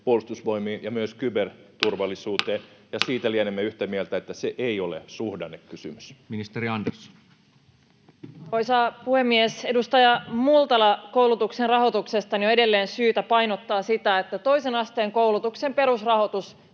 Puolustusvoimiin ja myös kyberturvallisuuteen, ja siitä lienemme yhtä mieltä, että se ei ole suhdannekysymys. Ministeri Andersson. Arvoisa puhemies! Edustaja Multala, koulutuksen rahoituksesta on edelleen syytä painottaa sitä, että toisen asteen koulutuksen perusrahoitus